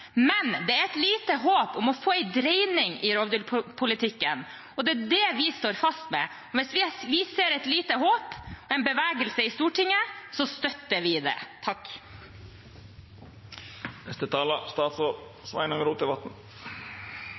men det er et lite håp om å få en dreining i rovdyrpolitikken, og det er det vi står fast ved. Hvis vi ser et lite håp og en bevegelse i Stortinget, støtter vi det.